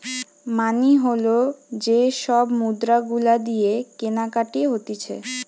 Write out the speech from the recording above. মানি হল যে সব মুদ্রা গুলা দিয়ে কেনাকাটি হতিছে